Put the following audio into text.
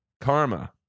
karma